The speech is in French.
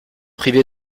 privés